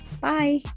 Bye